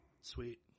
Sweet